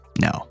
No